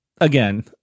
again